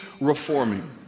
reforming